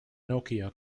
nokia